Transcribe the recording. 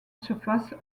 surface